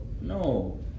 No